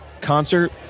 concert